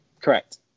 Correct